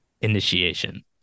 Initiation